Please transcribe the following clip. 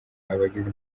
abagize